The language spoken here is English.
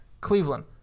Cleveland